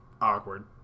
awkward